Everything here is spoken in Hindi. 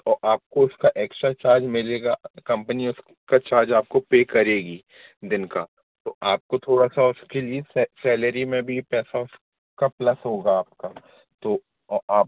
और आपको उसका एक्स्ट्रा चार्ज मिलेगा कंपनी उसका चार्ज आपको पे करेगी दिन का तो आपको थोड़ा सा उसके लिए सैलरी में भी पैसा उसका प्लस होगा आपका तो आप